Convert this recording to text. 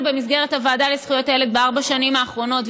במסגרת הוועדה לזכויות הילד בארבע השנים האחרונות,